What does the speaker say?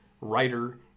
writer